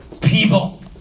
People